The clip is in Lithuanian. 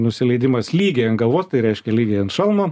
nusileidimas lygiai ant galvos tai reiškia lygiai ant šalmo